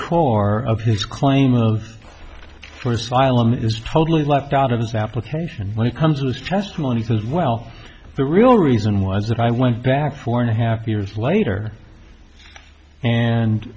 core of his claim of for asylum is totally left out of his application when it comes to his testimony because well the real reason was that i went back four and a half years later and